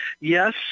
Yes